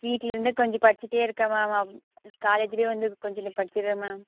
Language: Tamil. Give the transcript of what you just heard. வீட்லேருந்தே கொஞ்சம் படிச்சுட்டே இருக்கேன் மேம் அப் காலேஜ்லேயும் வந்து கொஞ்சிலும் படிச்சிருவேன் மேம்